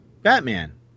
Batman